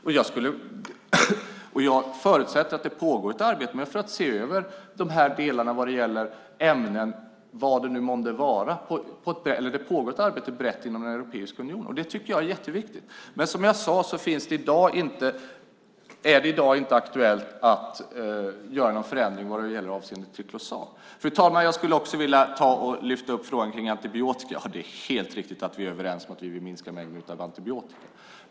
Det pågår ett brett arbete i Europeiska unionen med att se över olika ämnen, vilka de vara månde, och det tycker jag är mycket viktigt. Men som jag sade är det i dag inte aktuellt att göra någon förändring avseende triklosan. Fru talman! Jag skulle även vilja lyfta upp frågan om antibiotika. Det är helt riktigt att vi är överens om att vi vill minska mängden antibiotika.